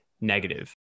negative